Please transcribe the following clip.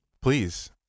please